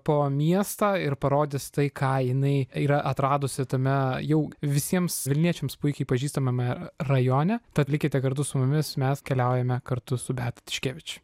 po miestą ir parodys tai ką jinai yra atradusi tame jau visiems vilniečiams puikiai pažįstamame rajone tad likite kartu su mumis mes keliaujame kartu su beata tiškevič